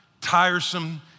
tiresome